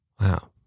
Wow